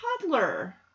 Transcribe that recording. toddler